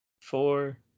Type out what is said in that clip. four